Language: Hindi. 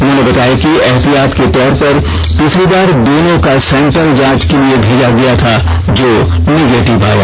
उन्होंने बताया कि एहतियात के तौर पर तीसरी बार दोनों का सैंपल जांच के लिए भेजा गया था जो निगेटिव आया